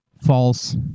false